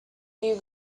you